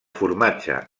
formatge